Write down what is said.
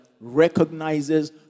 recognizes